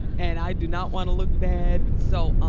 and i do not want to look bad so,